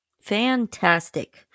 fantastic